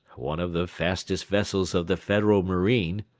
one of the fastest vessels of the federal marine.